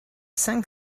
cinq